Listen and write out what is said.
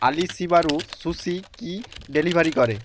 আলি শিবারু সুশি কি ডেলিভারি করে